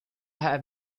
have